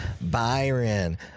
Byron